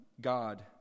God